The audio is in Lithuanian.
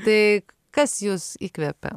tai kas jus įkvepia